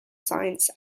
science